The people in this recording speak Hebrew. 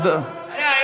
היה,